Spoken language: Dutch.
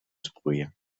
sproeien